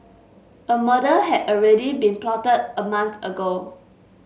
a murder had already been plotted a month ago